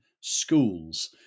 schools